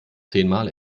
zehnmal